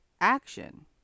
action